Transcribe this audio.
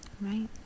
Right